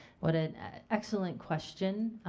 what an excellent question.